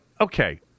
okay